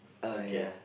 okay